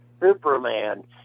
Superman